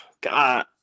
God